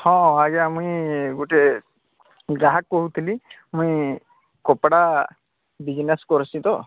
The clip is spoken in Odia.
ହଁ ଆଜ୍ଞା ମୁଁ ଗୋଟେ ଗ୍ରାହକ କହୁଥିଲି ମୁଁ କପଡ଼ା ବିଜନେସ୍ କରୁଛି ତ